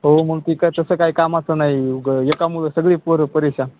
हो मग तर का तसं काय कामाचं नाही उगं एकामुळं सगळी पोरं परेशान